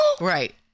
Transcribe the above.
Right